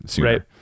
Right